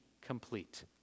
complete